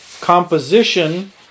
Composition